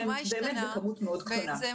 שהם באמת בכמות מאוד קטנה.